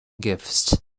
gifts